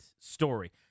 story